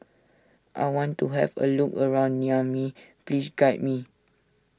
I want to have a look around Niamey please guide me